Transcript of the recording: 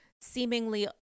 seemingly